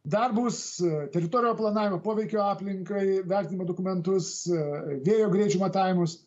darbus teritorijų planavimo poveikio aplinkai vertinimo dokumentus vėjo greičio matavimus